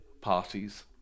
parties